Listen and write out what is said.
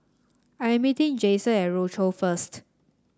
I meeting Jayson at Rochor first